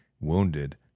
wounded